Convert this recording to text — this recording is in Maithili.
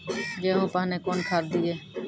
गेहूँ पहने कौन खाद दिए?